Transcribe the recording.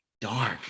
dark